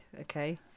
Okay